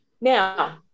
Now